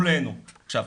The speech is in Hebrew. עכשיו,